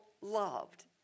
loved